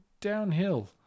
downhill